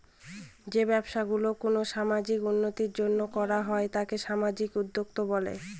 যে ব্যবসা গুলো কোনো সামাজিক উন্নতির জন্য করা হয় তাকে সামাজিক উদ্যক্তা বলে